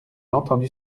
entendu